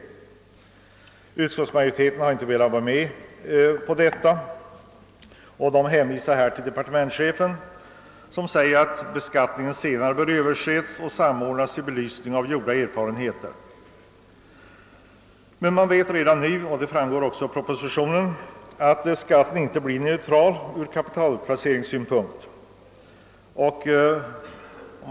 Utskottsmajoriteten har inte velat tillstyrka detta och hänvisat till departementschefen, som säger att beskattningen senare bör överses och samordnas i belysning av gjorda erfarenheter. Man vet emellertid redan nu, och det framgår av propositionen, att beskattningen inte blir neutral ur kapitalplaceringssynpunkt.